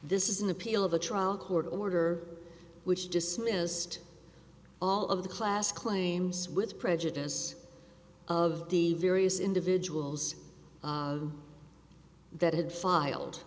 this is an appeal of the trial court order which dismissed all of the class claims with prejudice of the various individuals that had filed